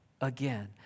again